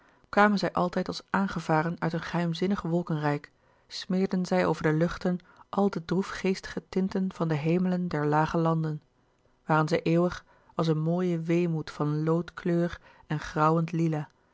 kwamen zij altijd als aangevaren uit een geheimzinnig wolkenrijk smeerden zij over de luchten al de droefgeestige tinten van de hemelen der lage landen waren zij eeuwig als een mooie weemoed van loodkleur en grauwend lila